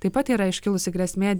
taip pat yra iškilusi grėsmė